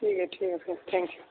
ٹھیک ہے ٹھیک ہے پھر تھینک یو